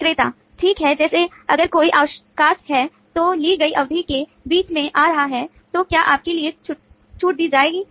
विक्रेता ठीक है जैसे अगर कोई अवकाश है जो ली गई अवधि के बीच में आ रहा है तो क्या इसके लिए छूट दी जाएगी